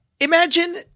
Imagine